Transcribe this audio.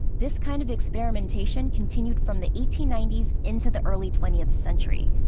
this kind of experimentation continued from the eighteen ninety s into the early twentieth century,